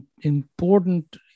important